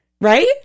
right